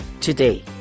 today